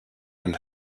and